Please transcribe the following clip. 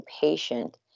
patient